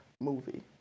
movie